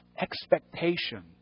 expectation